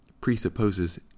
presupposes